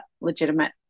legitimate